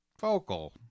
vocal